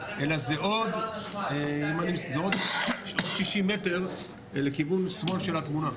אלא זה עוד 60 מטר לכיוון שמאל של התמונה.